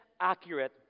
accurate